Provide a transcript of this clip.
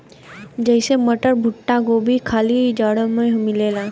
जइसे मटर, भुट्टा, गोभी खाली जाड़ा मे मिलला